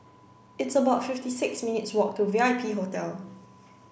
it's about fifty six minutes' walk to V I P Hotel